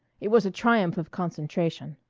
it was a triumph of concentration.